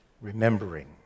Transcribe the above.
remembering